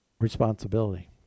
responsibility